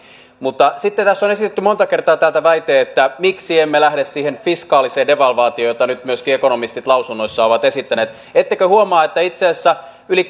mutta sitten tässä on esitetty monta kertaa täältä väite miksi emme lähde siihen fiskaaliseen devalvaatioon jota myöskin ekonomistit lausunnoissaan ovat esittäneet ettekö huomaa että itse asiassa yli